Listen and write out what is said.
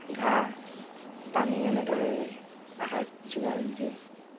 ঘাঁহ পানী এনেদৰে আহাৰ যোগাৰ দিওঁ